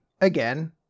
again